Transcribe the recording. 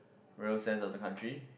real sense of the country